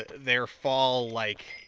their fall, like,